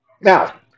Now